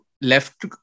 left